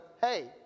hey